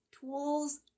tools